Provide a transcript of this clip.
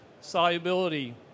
solubility